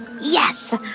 Yes